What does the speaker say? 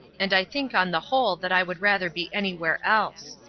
and i think on the whole that i would rather be anywhere else.